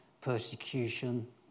persecution